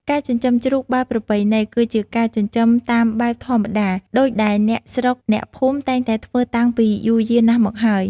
ការចិញ្ចឹមជ្រូកបែបប្រពៃណី គឺជាការចិញ្ចឹមតាមបែបធម្មតា ដូចដែលអ្នកស្រុកអ្នកភូមិតែងតែធ្វើតាំងពីយូរយារណាស់មកហើយ។